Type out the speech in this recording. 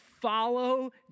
follow